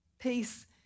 peace